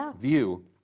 view –